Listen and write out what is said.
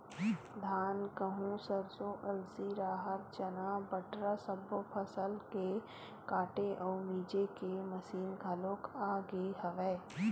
धान, गहूँ, सरसो, अलसी, राहर, चना, बटरा सब्बो फसल के काटे अउ मिजे के मसीन घलोक आ गे हवय